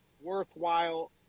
worthwhile